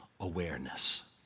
Awareness